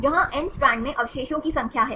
जहां n strand में अवशेषों की संख्या है